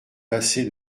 passer